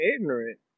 ignorant